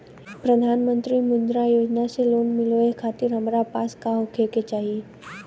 प्रधानमंत्री मुद्रा योजना से लोन मिलोए खातिर हमरा पास का होए के चाही?